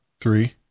three